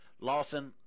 Lawson